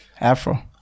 Afro